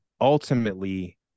ultimately